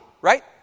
right